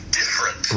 different